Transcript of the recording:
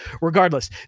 Regardless